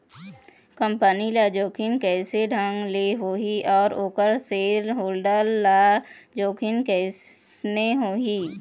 Company ल जोखिम कइसन ढंग ले होही अउ ओखर सेयर होल्डर ल जोखिम कइसने होही?